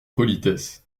politesse